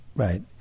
Right